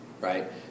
Right